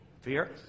Fear